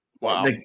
Wow